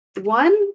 one